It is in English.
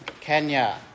Kenya